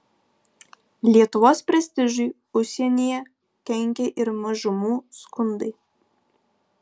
lietuvos prestižui užsienyje kenkė ir mažumų skundai